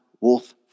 Wolf